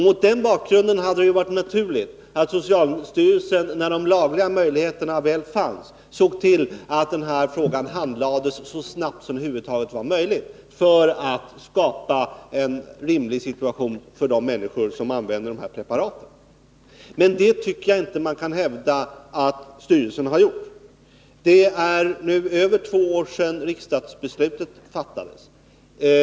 Mot den bakgrunden hade det varit naturligt att socialstyrelsen, när de lagliga möjligheterna väl fanns, såg till att frågan handlades så snabbt som det över huvud taget var möjligt för att skapa en rimlig situation för de människor som använder de aktuella preparaten. Jag tycker emellertid inte att man kan hävda att socialstyrelsen har gjort det. Det är nu mera än två år sedan riksdagen fattade beslut i frågan.